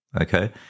Okay